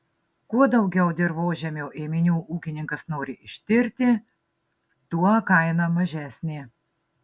kuo daugiau dirvožemio ėminių ūkininkas nori ištirti tuo kaina mažesnė